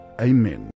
amen